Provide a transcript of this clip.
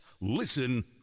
Listen